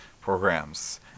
programs